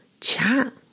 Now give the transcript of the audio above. chat